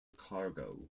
cargo